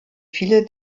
viele